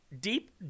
deep